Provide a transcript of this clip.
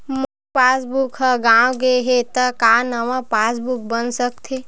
मोर passbook ह गंवा गे हे त का नवा पास बुक बन सकथे?